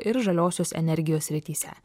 ir žaliosios energijos srityse